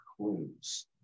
clues